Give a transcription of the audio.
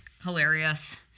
hilarious